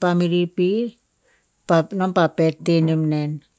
ahik eo to teh akuk no si.